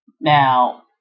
Now